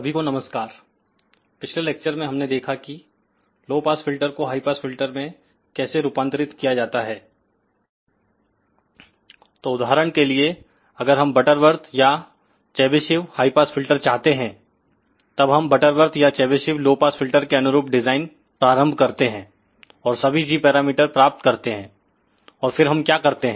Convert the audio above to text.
सभी को नमस्कारपिछले लेक्चर में हमने देखा कि लो पास फिल्टर को हाई पास फिल्टर में कैसे रूपांतरित किया जाता है तो उदाहरण के लिए अगर हम बटरवर्थ या चेबीशेव हाई पास फिल्टर चाहते हैं तब हमबटरवर्थ या चेबीशेव लो पास फिल्टर के अनुरूप डिजाइन प्रारंभ करते हैं और सभी g पैरामीटर प्राप्त करते हैं और फिर हम क्या करते हैं